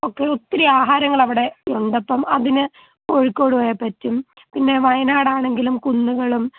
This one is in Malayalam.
ഒക്കെ ഒത്തിരി ആഹാരങ്ങളവിടെ ഉണ്ട് അപ്പം അതിന് കോഴിക്കോട് പോയാൽ പറ്റും പിന്നെ വയനാടാണെങ്കിലും കുന്നുകളും